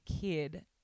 kid